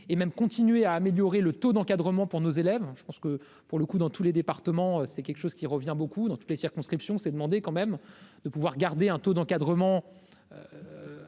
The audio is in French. et même continuer à améliorer le taux d'encadrement pour nos élèves, je pense que pour le coup, dans tous les départements, c'est quelque chose qui revient beaucoup dans toutes les circonscriptions, s'est demandé quand même de pouvoir garder un taux d'encadrement